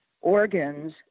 organs